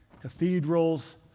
cathedrals